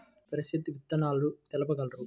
ప్రసిద్ధ విత్తనాలు తెలుపగలరు?